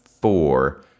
four